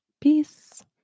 Peace